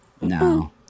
No